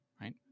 right